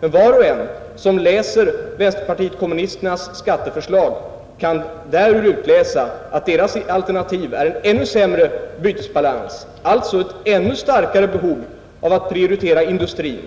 Men var och en som läser vänsterpartiet kommunisternas skatteförslag kan därur utläsa att deras alternativ innebär ännu sämre bytesbalans, alltså ännu starkare behov av att prioritera industrin,